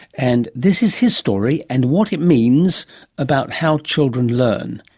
and this is his story and what it means about how children learn,